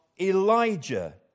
Elijah